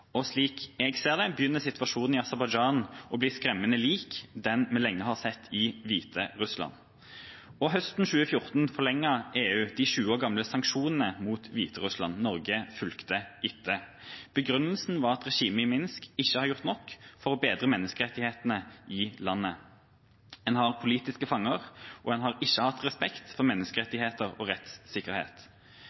Slik jeg ser det, begynner situasjonen i Aserbajdsjan å bli skremmende lik den vi lenge har sett i Hviterussland. Høsten 2014 forlenget EU de 20 år gamle sanksjonene mot Hviterussland. Norge fulgte etter. Begrunnelsen var at regimet i Minsk ikke har gjort nok for å bedre menneskerettighetene i landet. En har politiske fanger, og en har ikke hatt respekt for menneskerettigheter og rettssikkerhet.